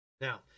Now